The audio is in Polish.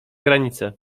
granicę